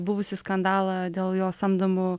buvusį skandalą dėl jo samdomų